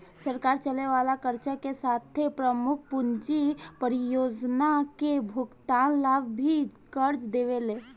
सरकार चले वाला खर्चा के साथे प्रमुख पूंजी परियोजना के भुगतान ला भी कर्ज देवेले